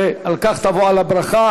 ועל כך תבוא על הברכה.